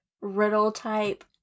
riddle-type